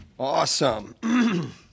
Awesome